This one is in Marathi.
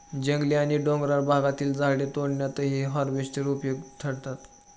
जंगली आणि डोंगराळ भागातील झाडे तोडण्यातही हार्वेस्टर उपयुक्त ठरतात